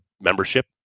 membership